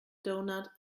doughnut